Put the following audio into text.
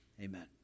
Amen